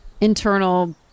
internal